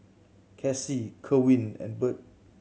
Cassie Kerwin and Birt